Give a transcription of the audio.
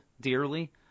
dearly